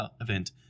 event